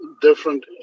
different